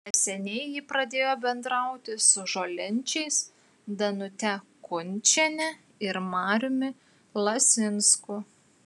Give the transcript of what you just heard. neseniai ji pradėjo bendrauti su žolinčiais danute kunčiene ir mariumi lasinsku